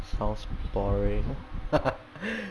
sounds boring